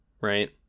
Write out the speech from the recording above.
right